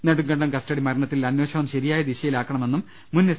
Nedumkandam custody മരണത്തിൽ അന്വേഷണം ശരിയായ ദിശയിലാക്കണമെന്നും മുൻ എസ്